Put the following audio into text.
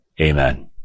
amen